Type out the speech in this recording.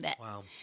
Wow